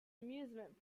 amusement